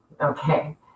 okay